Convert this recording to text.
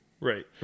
right